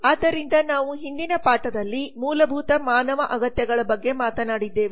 ಆದ್ದರಿಂದ ನಾವು ಹಿಂದಿನ ಪಾಠದಲ್ಲಿ ಮೂಲಭೂತ ಮಾನವ ಅಗತ್ಯಗಳ ಬಗ್ಗೆ ಮಾತನಾಡಿದ್ದೇವೆ